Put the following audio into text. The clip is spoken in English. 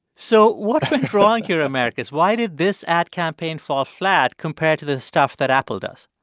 so what went wrong here, americus? why did this ad campaign fall flat compared to the stuff that apple does?